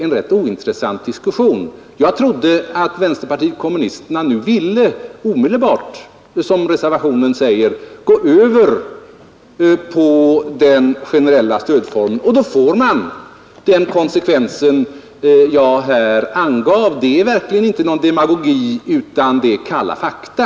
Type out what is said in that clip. Med utgångspunkt i reservationen trodde jag att vänsterpartiet kommunisterna omedelbart ville gå över till den generella stödformen — och gör man det får man den konsekvens jag här angav. Det är verkligen inte någon demagogi, utan kalla fakta.